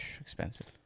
expensive